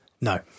No